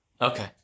Okay